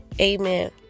amen